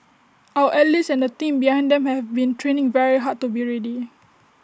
our athletes and the team behind them have been training very hard to be ready